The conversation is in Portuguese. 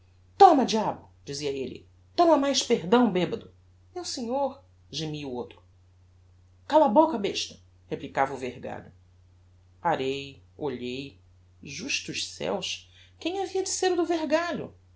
toma diabo dizia elle toma mais perdão bebado meu senhor gemia o outro cala a boca besta replicava o vergalho parei olhei justos ceus quem havia de ser o do vergalho